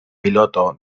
piloto